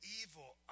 evil